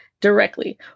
directly